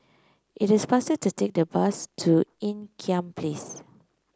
it is faster to take the bus to Ean Kiam Place